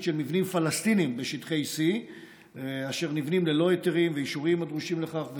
של מבנים פלסטיניים בשטחי C אשר נבנים ללא היתרים ואישורים הדרושים לכך,